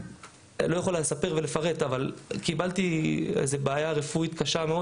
לא יכול לספר ולפרט אבל קיבלתי איזה בעיה רפואית קשה מאוד.